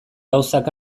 gauzak